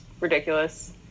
ridiculous